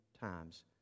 times